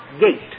gate